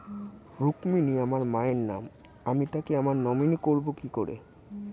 রুক্মিনী আমার মায়ের নাম আমি তাকে আমার নমিনি করবো কি করে?